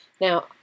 Now